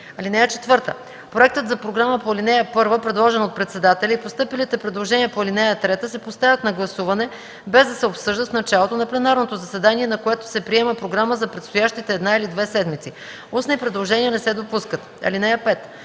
изтекли. (4) Проектът за програма по ал. 1, предложен от председателя, и постъпилите предложения по ал. 3 се поставят на гласуване, без да се обсъждат, в началото на пленарното заседание, на което се приема програма за предстоящите една или две седмици. Устни предложения не се допускат. (5) В